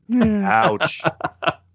ouch